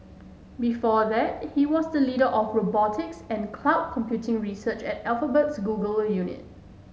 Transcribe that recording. before that he was the leader of robotics and cloud computing research at Alphabet's Google unit